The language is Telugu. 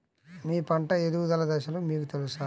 మీ పంట ఎదుగుదల దశలు మీకు తెలుసా?